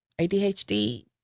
ADHD